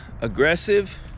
aggressive